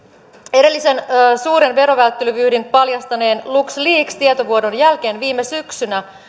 edellisen suuren verovälttelyvyyhdin paljastaneen lux leaks tietovuodon jälkeen viime syksynä